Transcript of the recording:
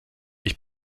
ich